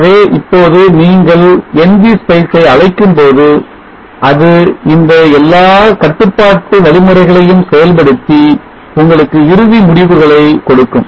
ஆகவே இப்போது நீங்கள் ng spice ஐ அழைக்கும்போது அது இந்த எல்லா கட்டுப்பாட்டு வழிமுறைகளையும் செயல்படுத்தி உங்களுக்கு இறுதி முடிவுகளை கொடுக்கும்